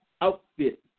outfit